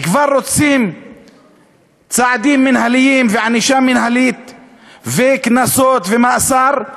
כבר רוצים צעדים מינהליים וענישה וקנסות ומאסר,